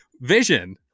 vision